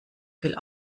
viel